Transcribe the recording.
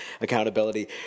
accountability